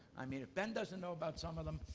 i mean if ben doesn't know about some of them,